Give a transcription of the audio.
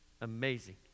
amazing